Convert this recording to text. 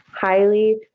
highly